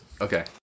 Okay